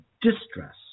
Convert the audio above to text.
distress